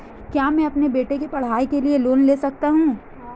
क्या मैं अपने बेटे की पढ़ाई के लिए लोंन ले सकता हूं?